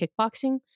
kickboxing